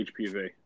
HPV